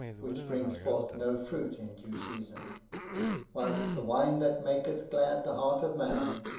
which brings forth no fruit in due season whilst the wine that maketh glad the heart of man,